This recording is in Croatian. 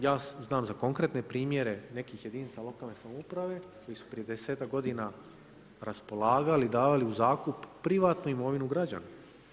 Ja znam za konkretne primjere nekih jedinica lokalne samouprave koji su prije 10-tak g. raspolagali i davali u zakup privatnu imovinu građana.